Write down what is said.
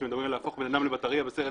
כשמדברים על להפוך אדם לבטרייה בסרט